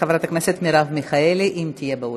אחריו, חברת הכנסת מרב מיכאלי, אם תהיה באולם.